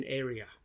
area